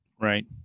Right